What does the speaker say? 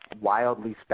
wildly